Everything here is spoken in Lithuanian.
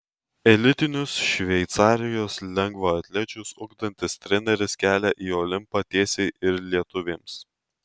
elitinius šveicarijos lengvaatlečius ugdantis treneris kelią į olimpą tiesia ir lietuvėms